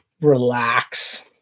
relax